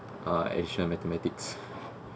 uh additional mathematics